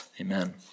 Amen